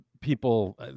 people